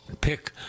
pick